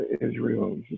Israel